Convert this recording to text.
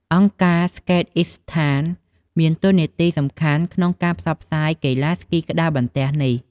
អង្គការ ស្កេតអុីសថាន Skateistan មានតួនាទីសំខាន់ក្នុងការផ្សព្វផ្សាយកីឡាស្គីក្ដារបន្ទះនេះ។